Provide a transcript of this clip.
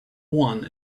one